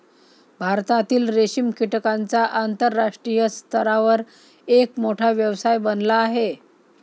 भारतातील रेशीम कीटकांचा आंतरराष्ट्रीय स्तरावर एक मोठा व्यवसाय बनला आहे